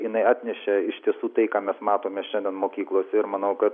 jinai atnešė iš tiesų tai ką mes matome šiandien mokyklose ir manau kad